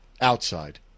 outside